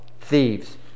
thieves